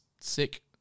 sick